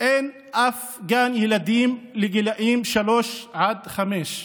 אין אף גן ילדים לגיל שלוש עד חמש.